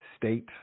state